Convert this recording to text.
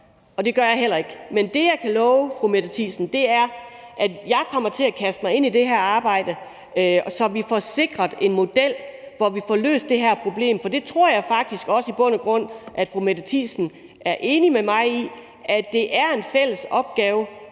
Og det gør jeg heller ikke. Men det, jeg kan love fru Mette Thiesen, er, at jeg kommer til at kaste mig ind i det her arbejde, så vi får sikret en model, hvor vi får løst det her problem. Jeg tror sådan set også, at fru Mette Thiesen i bund og grund er enig med mig i, at det er en fælles opgave